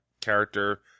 character